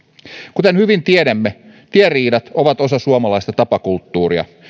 kuten hyvin tiedämme tieriidat ovat osa suomalaista tapakulttuuria